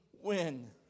win